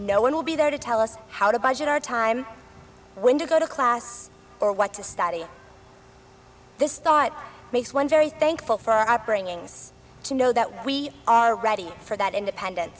no one will be there to tell us how to budget our time when to go to class or what to study this thought makes one very thankful for our bringing us to know that we are ready for that independence